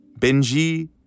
Benji